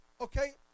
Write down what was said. okay